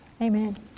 Amen